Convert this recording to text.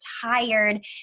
tired